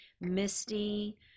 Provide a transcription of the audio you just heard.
misty